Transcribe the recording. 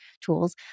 tools